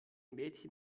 mädchen